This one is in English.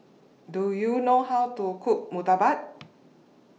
Do YOU know How to Cook Murtabak